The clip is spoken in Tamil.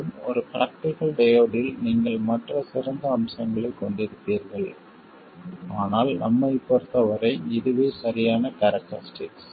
மேலும் ஒரு பிராக்டிகல் டையோடில் நீங்கள் மற்ற சிறந்த அம்சங்களைக் கொண்டிருப்பீர்கள் ஆனால் நம்மைப் பொறுத்த வரை இதுவே சரியான கேரக்டரிஸ்டிக்